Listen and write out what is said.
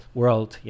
world